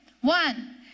One